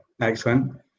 excellent